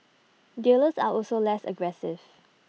dealers are also less aggressive